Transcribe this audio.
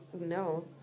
no